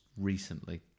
recently